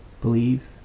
believe